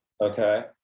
Okay